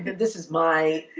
this is my